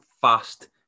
fast